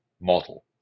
model